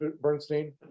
Bernstein